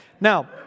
Now